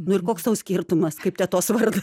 nu ir koks tau skirtumas kaip tetos varda